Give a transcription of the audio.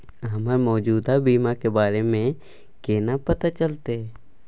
हमरा मौजूदा बीमा के बारे में केना पता चलते?